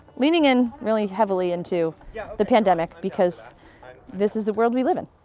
leaning in really heavily into yeah the pandemic because this is the world we live in.